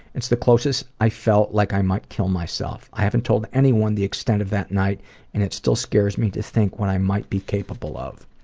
it's the closest i've felt like i might kill myself. i haven't told anyone the extent of that night and it still scares me to think what i might be capable of.